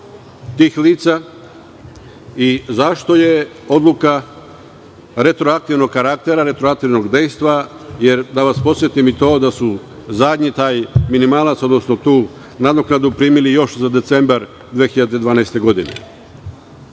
tih lica? Zašto je odluka retroaktivnog karaktera, retroaktivnog dejstva jer, da vas podsetim, taj zadnji minimalac, odnosno tu nadoknadu, primili su još za decembar 2012.